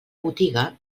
botiga